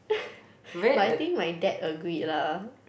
but I think my dad agreed lah